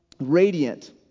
radiant